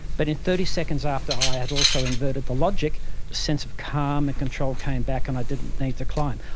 but in thirty seconds after i had also inverted the logic, a sense of calm and control came back and i didn't need to climb.